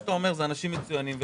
כמו שאתה אומר, אלה אנשים מצוינים.